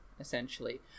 essentially